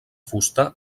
fusta